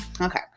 Okay